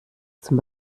zum